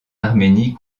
arménie